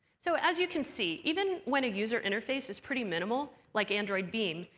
so as you can see, even when a user interface is pretty minimal, like android beam,